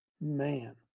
man